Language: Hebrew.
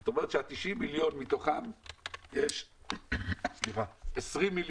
זאת אומרת שמתוך 90 מיליון שקל יש 20 מיליון